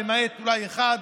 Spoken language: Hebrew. למעט אולי אחד.